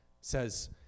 says